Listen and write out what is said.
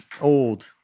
old